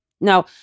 Now